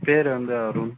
பேர் வந்து அருண்